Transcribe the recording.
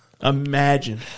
Imagine